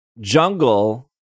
jungle